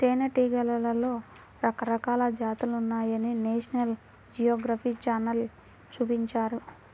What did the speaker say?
తేనెటీగలలో రకరకాల జాతులున్నాయని నేషనల్ జియోగ్రఫీ ఛానల్ చూపించారు